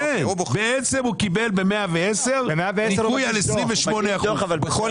בעצם הוא קיבל ב-110 ניכוי על 28%. בכל